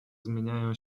zmieniają